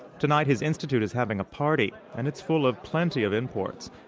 tonight his institute is having a party, and it's full of plenty of imports.